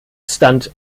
stunt